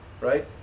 right